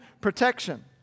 protection